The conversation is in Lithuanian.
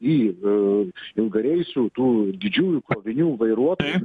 į ilgareisių tų didžiųjų krovinių vairuotojų